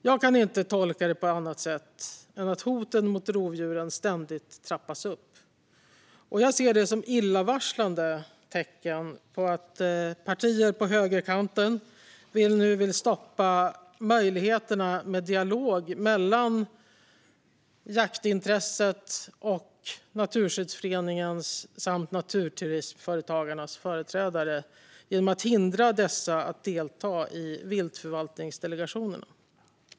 Jag kan inte tolka det på annat sätt än att hoten mot rovdjuren ständigt trappas upp, och jag ser det som ett illavarslande tecken på att partier på högerkanten nu vill stoppa möjligheterna till dialog mellan jaktintresset och Naturskyddsföreningens samt naturturismföretagarnas företrädare genom att hindra dessa från att delta i viltförvaltningsdelegationerna.